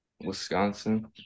Wisconsin